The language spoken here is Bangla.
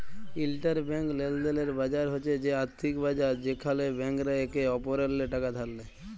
ইলটারব্যাংক লেলদেলের বাজার হছে সে আথ্থিক বাজার যেখালে ব্যাংকরা একে অপরেল্লে টাকা ধার লেয়